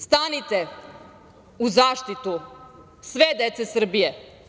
Stanite u zaštitu sve dece Srbije.